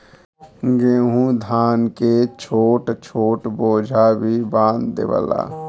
गेंहू धान के छोट छोट बोझा भी बांध देवला